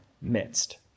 midst